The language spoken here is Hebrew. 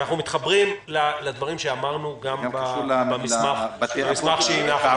אנחנו מתחברים לדברים שאמרנו גם במסמך שהנחנו.